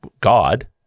God